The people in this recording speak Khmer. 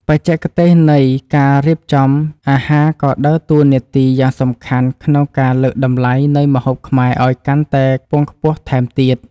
បច្ចេកទេសនៃការរៀបចំចានអាហារក៏ដើរតួនាទីយ៉ាងសំខាន់ក្នុងការលើកតម្លៃនៃម្ហូបខ្មែរឱ្យកាន់តែខ្ពង់ខ្ពស់ថែមទៀត។